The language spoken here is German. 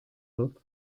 wird